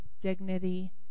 dignity